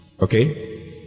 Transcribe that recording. Okay